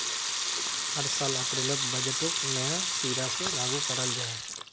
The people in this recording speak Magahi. हर साल अप्रैलोत बजटोक नया सिरा से लागू कराल जहा